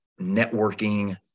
networking